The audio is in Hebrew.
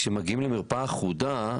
כאשר מגיעים למרפאה אחודה,